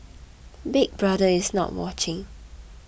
Big Brother is not watching